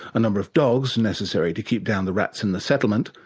a number of dogs, necessary to keep down the rats in the settlement,